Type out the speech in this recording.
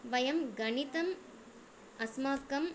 वयं गणितम् अस्माकं